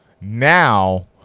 Now